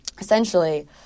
essentially